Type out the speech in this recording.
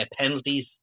penalties